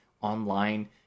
online